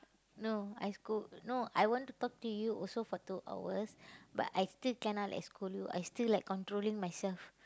no I scold no I want to talk to you also for two hours but I still cannot like scold you I still like controlling myself